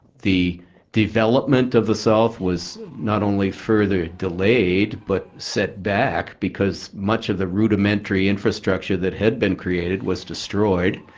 the development of the south was not only further delayed, but set back, because much of the rudimentary infrastructure that had been created was destroyed.